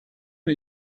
von